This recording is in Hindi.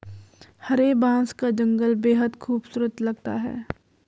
हरे बांस का जंगल बेहद खूबसूरत लगता है